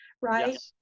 right